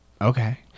Okay